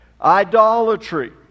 Idolatry